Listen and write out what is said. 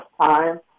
time